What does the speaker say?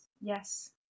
yes